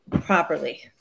properly